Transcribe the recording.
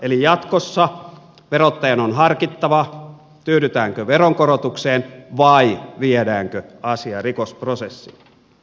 eli jatkossa verottajan on harkittava tyydytäänkö veronkorotukseen vai viedäänkö asia rikosprosessiin